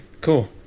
Cool